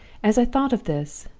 as i thought of this,